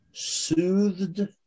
soothed